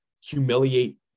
humiliate